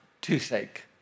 toothache